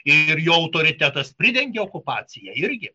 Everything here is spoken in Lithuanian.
ir jo autoritetas pridengė okupaciją irgi